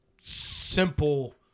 simple